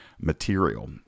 material